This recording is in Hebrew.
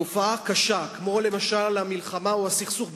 תופעה קשה כמו המלחמה או הסכסוך בדארפור,